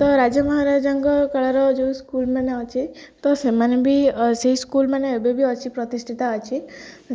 ତ ରାଜ ମହାରାଜାଙ୍କ କାଳର ଯେଉଁ ସ୍କୁଲ୍ମାନେ ଅଛି ତ ସେମାନେ ବି ସେଇ ସ୍କୁଲ୍ମାନେ ଏବେ ବି ଅଛି ପ୍ରତିଷ୍ଠିତ ଅଛି